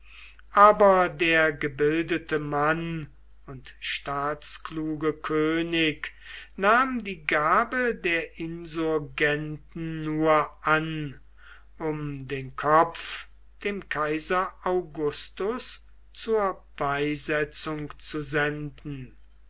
aber der gebildete mann und staatskluge könig nahm die gabe der insurgenten nur an um den kopf dem kaiser augustus zur beisetzung zu senden